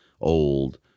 old